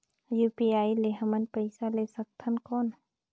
UPI ले हमन पइसा ले सकथन कौन?